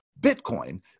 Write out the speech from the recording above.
Bitcoin